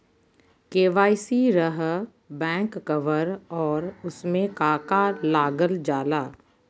KYC रहा back cover और उसमें का का लागल जाला?